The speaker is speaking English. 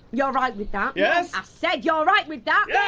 y'alright with that? yes. i said, y'alright with that? yes!